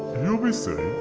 reset!